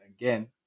again